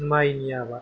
माइनि आबाद